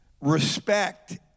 respect